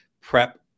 prep